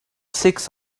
six